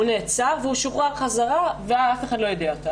הוא נעצר ושוחרר חזרה ואף אחד לא יידע אותה.